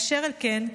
אשר על כן,